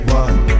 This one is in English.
one